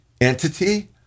entity